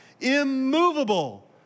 immovable